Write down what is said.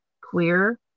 queer